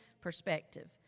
perspective